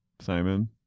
Simon